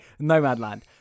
nomadland